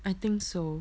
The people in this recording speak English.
I think so